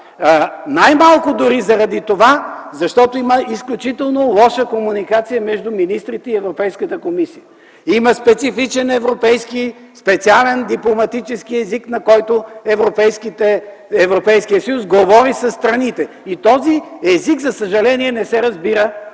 най-малкото дори заради това, защото има изключително лоша комуникация между министрите и Европейската комисия. Има специален дипломатически език, на който Европейският съюз говори със страните, и този език, за съжаление, не се разбира